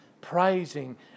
praising